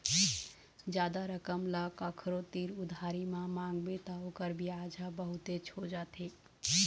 जादा रकम ल कखरो तीर उधारी म मांगबे त ओखर बियाज ह बहुतेच हो जाथे